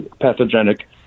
pathogenic